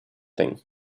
thing